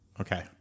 Okay